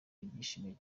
babyishimiye